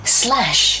slash